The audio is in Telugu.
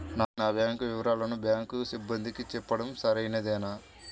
నా బ్యాంకు వివరాలను బ్యాంకు సిబ్బందికి చెప్పడం సరైందేనా?